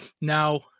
now